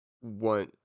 one